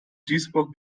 duisburg